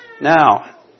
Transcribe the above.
Now